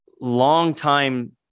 long-time